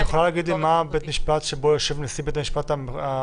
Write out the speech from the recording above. את יכולה להגיד לי מהו בית המשפט שבו יושב נשיא בית משפט השלום